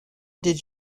did